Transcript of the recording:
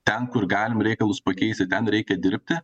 ten kur galim reikalus pakeisti ten reikia dirbti